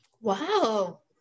Wow